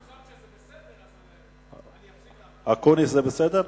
עכשיו שזה בסדר, אז אני אפסיק, אקוניס, זה בסדר?